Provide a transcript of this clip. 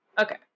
Okay